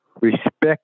respect